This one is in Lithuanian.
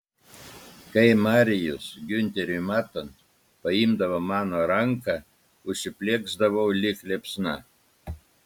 kai marijus giunteriui matant paimdavo mano ranką užsiplieksdavau lyg liepsna